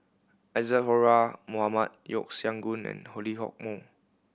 Isadhora Mohamed Yeo Siak Goon and Lee Hock Moh